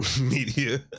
media